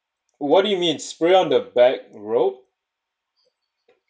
what do you mean spray on the back rope